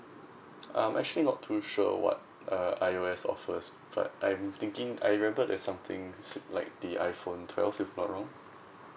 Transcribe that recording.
I'm actually not too sure what err I_O_S offers but I'm thinking I remember there's something like the iphone twelve if not wrong